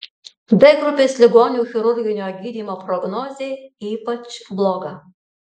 d grupės ligonių chirurginio gydymo prognozė ypač bloga